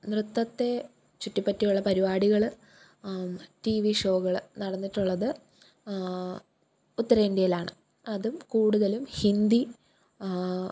നൃത്തത്തെ ചുറ്റിപ്പറ്റിയുള്ള പരിപാടികൾ റ്റീ വി ഷോകൾ നടന്നിട്ടുള്ളത് ഉത്തരേന്ത്യയിലാണ് അതും കൂടുതലും ഹിന്ദി